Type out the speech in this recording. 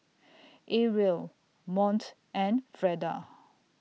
Arielle Mont and Freda